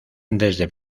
desde